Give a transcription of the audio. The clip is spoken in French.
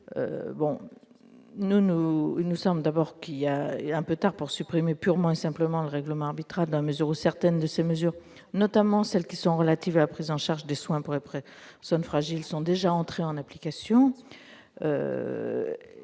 Pour autant, je crains qu'il ne soit trop tard pour supprimer purement et simplement ce règlement arbitral, dans la mesure où certaines de ses mesures, notamment celles qui sont relatives à la prise en charge des soins pour les personnes fragiles, sont déjà entrées en application.